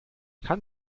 kann